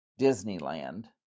Disneyland